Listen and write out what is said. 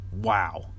Wow